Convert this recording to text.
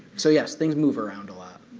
so yes, things move around a lot.